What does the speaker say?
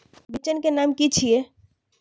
बिचन के नाम की छिये?